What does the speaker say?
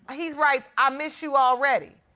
he writes, i miss you already.